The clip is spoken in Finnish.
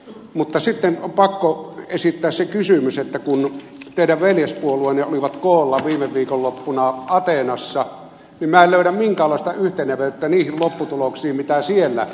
mutta sitten on pakko esittää se huomio että kun teidän veljespuolueenne olivat koolla viime viikonloppuna ateenassa niin en löydä minkäänlaista yhtenevyyttä niihin lopputuloksiin mitä siellä todettiin